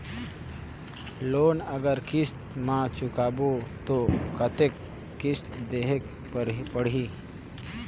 Loan अगर किस्त म चुकाबो तो कतेक किस्त देहेक पढ़ही?